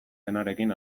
denarekin